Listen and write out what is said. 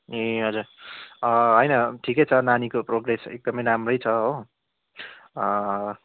ए हजुर होइन ठिकै छ नानीको प्रोग्रेस एकदमै राम्रै नै छ हो